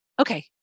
okay